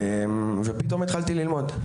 ופתאום התחלתי ללמוד.